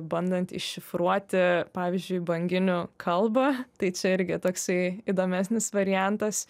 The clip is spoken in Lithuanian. bandant iššifruoti pavyzdžiui banginių kalbą tai čia irgi toksai įdomesnis variantas